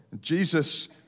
Jesus